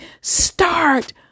Start